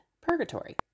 purgatory